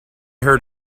heard